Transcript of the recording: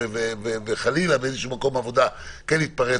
וחלילה באיזשהו מקום עבודה כן יתפרץ,